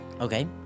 Okay